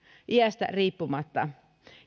iästä riippumatta